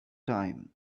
time